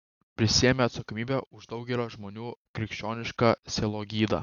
prisiėmė atsakomybę už daugelio žmonių krikščionišką sielogydą